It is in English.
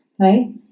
Right